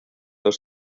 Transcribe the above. dos